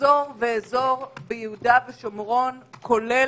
אדוני היושב-ראש, אני גם